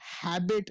habit